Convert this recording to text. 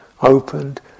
opened